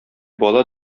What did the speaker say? бала